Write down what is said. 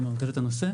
מתאר את הנושא.